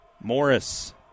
Morris